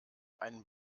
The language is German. einen